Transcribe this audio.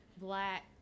black